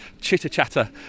chitter-chatter